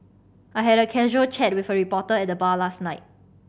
I had a casual chat with a reporter at the bar last night